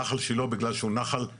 נחל שילה בגלל שהוא סדוק,